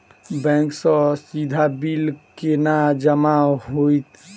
Bank सँ सीधा bill केना जमा होइत?